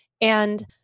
And-